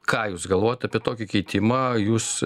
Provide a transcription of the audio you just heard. ką jūs galvojot apie tokį keitimą jūs